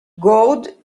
gold